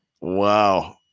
Wow